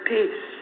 Peace